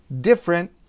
different